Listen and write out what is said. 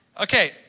Okay